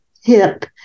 hip